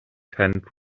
tent